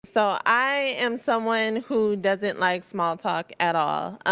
so i am someone who doesn't like small talk at all.